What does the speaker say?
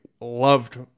loved